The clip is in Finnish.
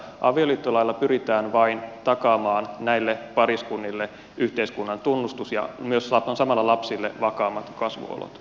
avioliittolailla pyritään vain takaamaan näille pariskunnille yhteiskunnan tunnustus ja samalla lapsille vakaammat kasvuolot